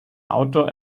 outdoor